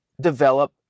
develop